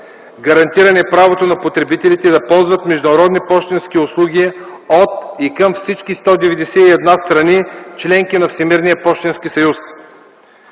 гарантиране правото на потребителите да ползват международни пощенски услуги от и към всички 191 страни - членки на Всемирния пощенски съюз;